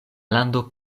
lando